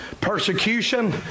persecution